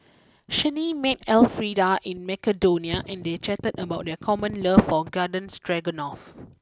Chanie met Elfrieda in Macedonia and they chatted about their common love for Garden Stroganoff